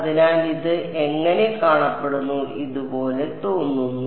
അതിനാൽ ഇത് എങ്ങനെ കാണപ്പെടുന്നു ഇത് പോലെ തോന്നുന്നു